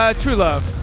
ah true love.